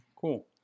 Cool